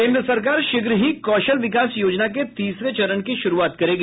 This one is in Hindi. केन्द्र सरकार शीघ्र ही कौशल विकास योजना के तीसरे चरण की शुरुआत करेगी